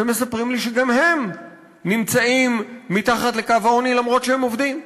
שמספרים לי שגם הם נמצאים מתחת לקו העוני אף שהם עובדים.